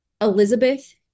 Elizabeth